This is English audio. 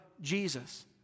Jesus